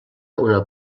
una